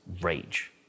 rage